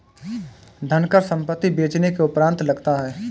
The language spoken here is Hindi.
धनकर संपत्ति बेचने के उपरांत लगता है